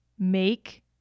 Make